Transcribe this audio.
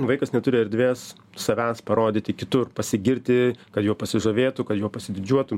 vaikas neturi erdvės savęs parodyti kitur pasigirti kad juo pasižavėtų kad juo pasididžiuotų